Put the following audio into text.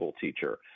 teacher